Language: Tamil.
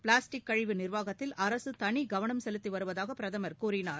பிளாஸ்டிக் கழிவு நிர்வாகத்தில் அரசு தனி கவனம் செலுத்தி வருவதாக பிரதமர் கூறினார்